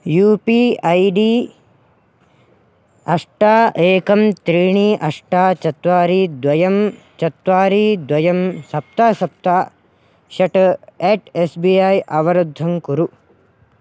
you P I D अष्ट एकं त्रीणि अष्ट चत्वारि द्वयं चत्वारि द्वयं सप्त सप्त षट् एट् एस् बी ऐ अवरुद्धं कुरु